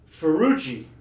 Ferrucci